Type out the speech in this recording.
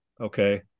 okay